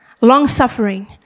long-suffering